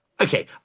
okay